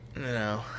no